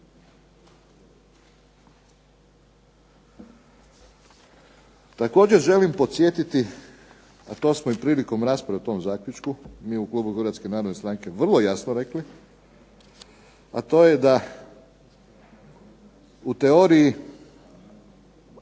Također želim podsjetiti, a to smo i prilikom rasprave o tom zaključku, mi u klubu HNS-a vrlo jasno rekli. A to je da u teoriji